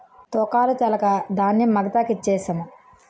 తూకాలు తెలక ధాన్యం మగతాకి ఇచ్ఛేససము